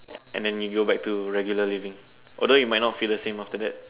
and then you go back to regular living although you might not feel the same after that